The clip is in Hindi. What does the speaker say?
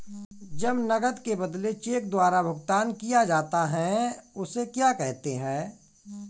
जब नकद के बदले चेक द्वारा भुगतान किया जाता हैं उसे क्या कहते है?